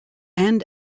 and